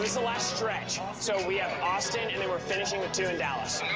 the last stretch. so we have austin, and then we're finishing with two in dallas. you